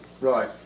Right